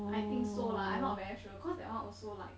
I think so lah I'm not very sure cause that [one] also like